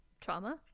trauma